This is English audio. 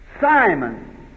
Simon